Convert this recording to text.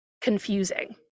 confusing